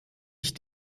ich